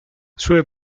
sue